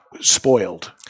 spoiled